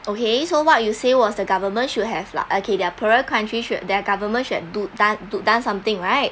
okay so what you say was the government should have lah okay their poorer country should their government should have do done do done something right